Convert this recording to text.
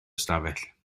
ystafell